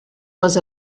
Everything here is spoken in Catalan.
les